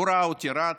הוא ראה אותי רץ,